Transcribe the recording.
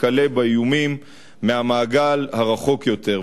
וכלה באיומים מהמעגל הרחוק יותר.